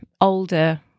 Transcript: older